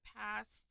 past